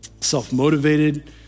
self-motivated